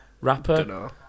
rapper